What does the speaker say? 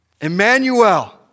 Emmanuel